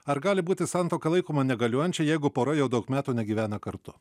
ar gali būti santuoka laikoma negaliojančia jeigu pora jau daug metų negyvena kartu